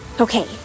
Okay